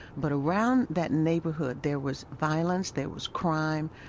but around that neighborhood, there was violence. there was crime.